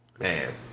man